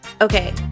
Okay